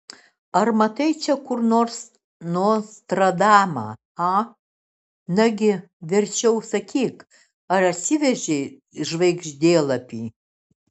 ar matai čia kur nors nostradamą a nagi verčiau sakyk ar atsivežei žvaigždėlapį